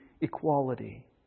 equality